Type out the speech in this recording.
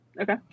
Okay